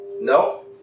No